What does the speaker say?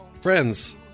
friends